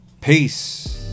Peace